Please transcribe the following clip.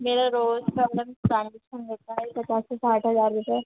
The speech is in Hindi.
मेरा रोज़ का मैडम ट्रांजेक्सन रहता है पचास से साठ हज़ार रुपये